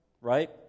Right